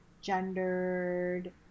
gendered